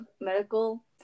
medical